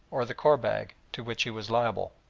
or the korbag, to which he was liable.